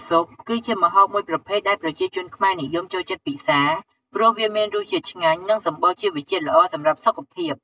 ស៊ុបគឺជាម្ហូបមួយប្រភេទដែលប្រជាជនខ្មែរនិយមចូលចិត្តពិសាព្រោះវាមានរសជាតិឆ្ងាញ់និងសម្បូរជីវជាតិល្អសម្រាប់សុខភាព។